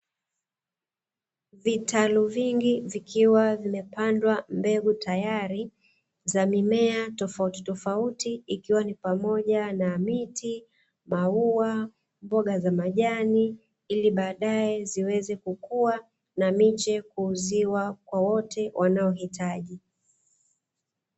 Vitalu vingi vikiwa vimepandwa mbegu tayari za mimea tofauti tofauti, ikiwa ni pamoja na miti maua mboga za majani ili baadaye ziweze kukua na miche kuuziwa kwa wote wanaohitaji.